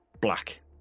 black